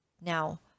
now